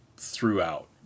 throughout